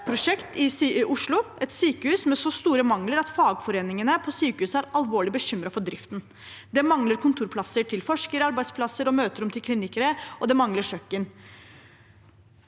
i Oslo – et sykehus med så store mangler at fagforeningene ved sykehuset er alvorlig bekymret for driften. Det mangler kontorplasser til forskere, arbeidsplasser og møterom til klinikere, og det mangler kjøkken.